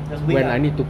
just wait ah